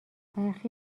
برخی